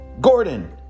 Gordon